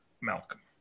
Malcolm